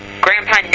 grandpa